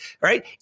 Right